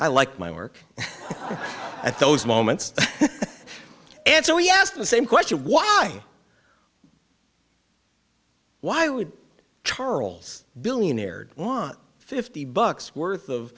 i like my work at those moments and so he asked the same question why why would charles billionaire want fifty bucks worth of